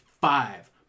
Five